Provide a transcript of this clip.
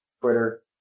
Twitter